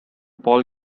paul